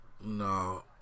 no